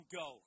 go